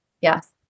Yes